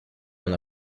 una